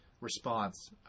response